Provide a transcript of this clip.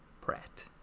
pratt